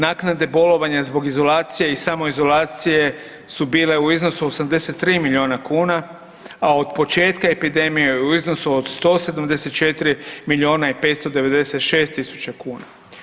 Naknade bolovanja zbog izolacije i samoizolacije su bile u iznosu 83 miliona kuna, a od početka epidemije u iznosu od 174 miliona i 596 tisuća kuna.